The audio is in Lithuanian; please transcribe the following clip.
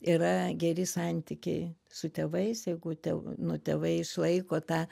yra geri santykiai su tėvais jeigu tė nu tėvai išlaiko tą